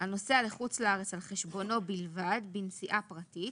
הנוסע לחוץ לארץ על חשבונו בלבד, בנסיעה פרטית,